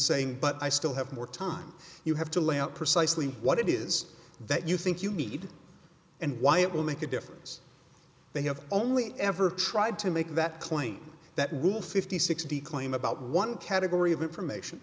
saying but i still have more time you have to lay out precisely what it is that you think you need and why it will make a difference they have only ever tried to make that claim that will fifty sixty claim about one category of information